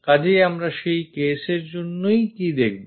কাজেই আমরা সেই case এর জন্য কি দেখব